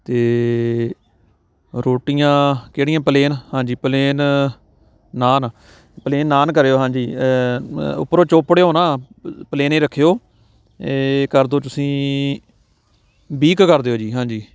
ਅਤੇ ਰੋਟੀਆਂ ਕਿਹੜੀਆਂ ਪਲੇਨ ਹਾਂਜੀ ਪਲੇਨ ਨਾਨ ਪਲੇਨ ਨਾਨ ਕਰਿਓ ਹਾਂਜੀ ਉੱਪਰੋਂ ਚੋਪੜਿਓ ਨਾ ਪਲੇਨ ਏ ਰੱਖਿਓ ਏ ਕਰ ਦੋ ਤੁਸੀਂ ਵੀਹ ਕੁ ਕਰ ਦਿਓ ਜੀ ਹਾਂਜੀ